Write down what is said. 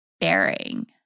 bearing